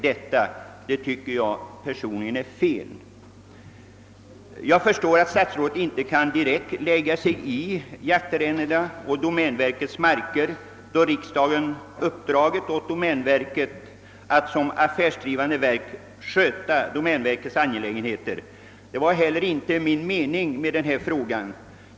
Personligen tycker jag detta är felaktigt. Jag förstår att statsrådet inte direkt kan inverka på frågan om jaktarrendena för domänverkets marker, eftersom riksdagen uppdragit åt domänverket att såsom affärsdrivande verk sköta de angelägenheter som anförtrotts verket. Det var inte heller avsikten med min fråga.